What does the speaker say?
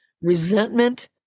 resentment